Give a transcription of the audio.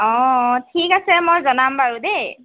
অঁ ঠিক আছে মই জনাম বাৰু দেই